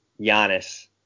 Giannis